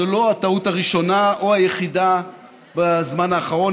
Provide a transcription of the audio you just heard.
זו לא הטעות הראשונה או היחידה בזמן האחרון.